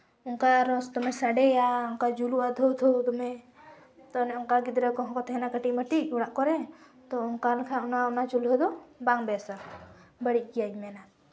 ᱚᱱᱠᱟ ᱟᱨᱚ ᱫᱚᱢᱮ ᱥᱟᱰᱮᱭᱟ ᱚᱱᱠᱟ ᱡᱩᱞᱩᱜᱼᱟ ᱫᱷᱟᱹᱣ ᱫᱷᱟᱹᱣ ᱫᱚᱢᱮ ᱛᱚ ᱚᱱᱮ ᱚᱱᱠᱟ ᱜᱤᱫᱽᱨᱟᱹ ᱠᱚᱦᱚᱸ ᱠᱚ ᱛᱟᱦᱮᱱᱟ ᱠᱟᱹᱴᱤᱡ ᱢᱟᱹᱴᱤᱡ ᱚᱲᱟᱜ ᱠᱚᱨᱮ ᱛᱚ ᱚᱱᱠᱟ ᱞᱮᱠᱷᱟᱡ ᱚᱱᱟ ᱪᱩᱞᱦᱟᱹ ᱫᱚ ᱵᱟᱝ ᱵᱮᱥᱼᱟ ᱵᱟᱹᱲᱤᱡ ᱜᱮᱭᱟ ᱢᱮᱱᱟ